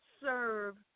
serve